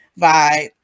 vibe